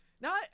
Now